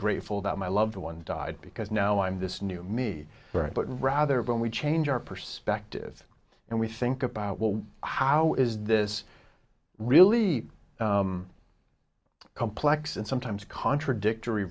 grateful that my loved ones died because now i'm this new me but rather than we change our perspective and we think about well how is this really complex and sometimes contradictory